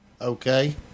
Okay